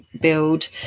build